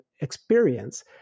experience